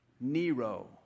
Nero